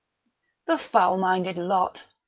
the foul-minded lot!